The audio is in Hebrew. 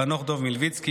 חנוך דב מלביצקי,